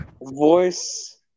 voice